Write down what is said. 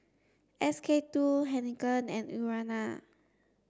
S K two Heinekein and Urana